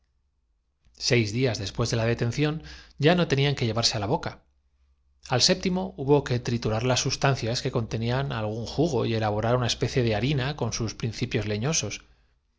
seis días después de la detención ya no tenían que en los viajeros que les hizo incorporarse pero conven llevarse á la boca al séptimo hubo que triturar las cidos de que eran víctimas de una ilusión todos aho sustancias que contenían algún jugo y elaborar una garon un suspiro y volvieron á dejarse caer especie de harina con sus principios leñosos